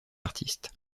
artiste